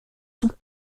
sont